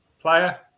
player